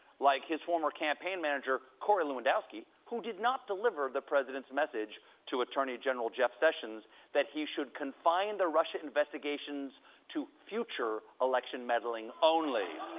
like his former campaign manager corey lewandowski, who did not deliver the president's message to attorney general jeff sessions that he should confine the russia investigation to future election meddling only.